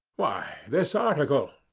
why, this article,